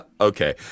Okay